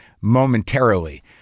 momentarily